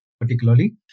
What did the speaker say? particularly